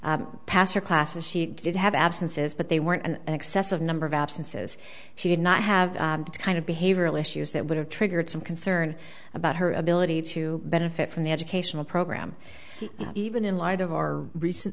pass her classes she did have absences but they weren't an excessive number of absences she did not have the kind of behavioral issues that would have triggered some concern about her ability to benefit from the educational program even in light of our recent